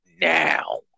now